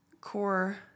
core